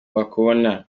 bakubona